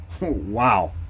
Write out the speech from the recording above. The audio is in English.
wow